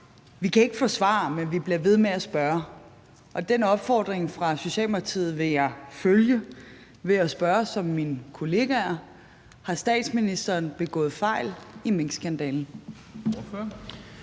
Vi kan ikke få svar, men vi bliver ved med at spørge. Den opfordring fra Socialdemokratiet vil jeg følge ved at spørge som mine kolleger: Har statsministeren begået fejl i minkskandalen?